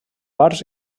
bars